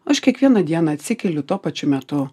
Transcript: aš kiekvieną dieną atsikeliu tuo pačiu metu